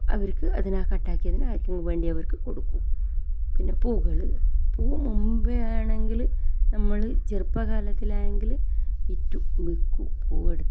അവർക്ക് അതിനെ കട്ടാക്കിയത് ആർക്കെങ്കിലും വേണ്ടിയവർക്ക് കൊടുക്കും പിന്നെ പൂക്കൾ പൂ മുമ്പെയാണെങ്കിൽ നമ്മൾ ചെറുപ്പകാലത്തിലായെങ്കിൽ വിറ്റു വിക്കും പൂവെടുക്കും